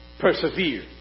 persevere